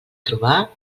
trobar